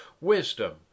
wisdom